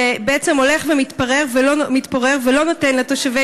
שבעצם הולך ומתפורר ולא נותן לתושבי